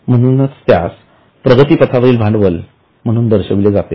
म्हणूनच त्यास प्रगतीपथावरील भांडवल म्हणून दर्शविले जाते